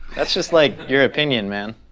that's just like, your opinion, man.